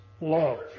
love